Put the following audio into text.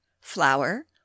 flour